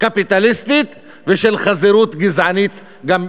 קפיטליסטית ושל חזירות גזענית גם יחד.